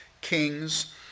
kings